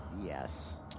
Yes